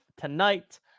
tonight